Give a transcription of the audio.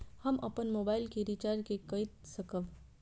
हम अपन मोबाइल के रिचार्ज के कई सकाब?